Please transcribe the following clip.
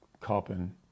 carbon